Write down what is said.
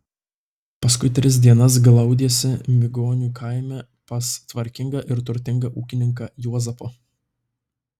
paskui tris dienas glaudėsi migonių kaime pas tvarkingą ir turtingą ūkininką juozapą